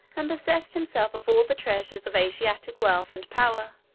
and possessed himself of all the treasures of asiatic wealth and power.